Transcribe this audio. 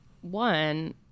one